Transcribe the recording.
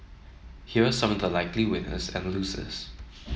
here are some of the likely winners and losers